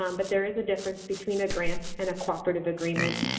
um but there is a difference between a grant and a cooperative agreement.